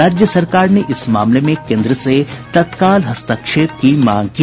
राज्य सरकार ने इस मामले में केन्द्र से तत्काल हस्तक्षेप की मांग की